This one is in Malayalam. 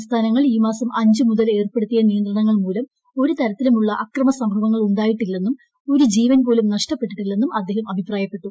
സംസ്ഥാനങ്ങൾ ഈ മാസംഅഞ്ച്മുതൽഏർപ്പെടുത്തിയ നിയന്ത്രണങ്ങൾ മൂലംഒരുതരത്തിലുമുളള ആക്രമസംഭവങ്ങൾ ഉണ്ടായില്ലെന്നും ഒരു ജീവൻ പോലും നഷ്ടപ്പെട്ടില്ലെന്നും അദ്ദേഹംഅഭിപ്രായപ്പെട്ടു